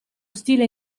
stile